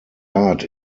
art